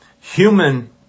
human